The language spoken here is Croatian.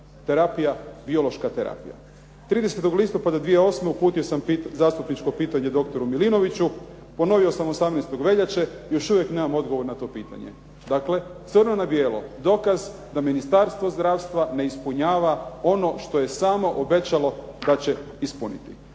terapija, biološka terapija. 30. listopada 2008. uputio sam zastupničko pitanje dr. Milinoviću, ponovio sam 18. veljače, još uvijek nemam odgovor na to pitanje dakle, crno na bijelo, dokaz da Ministarstvo zdravstva ne ispunjava ono što je samo obećalo da će ispuniti.